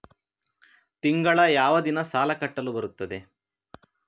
ತಿಂಗಳ ಯಾವ ದಿನ ಸಾಲ ಕಟ್ಟಲು ಬರುತ್ತದೆ?